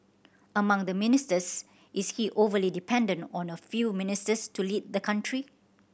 among the ministers is he overly dependent on a few ministers to lead the country